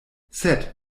sed